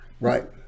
Right